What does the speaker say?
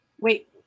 wait